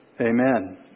Amen